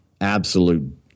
absolute